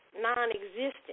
non-existent